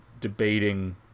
debating